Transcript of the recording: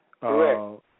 Correct